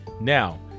Now